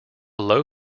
low